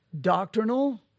doctrinal